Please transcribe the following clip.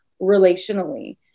relationally